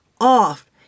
off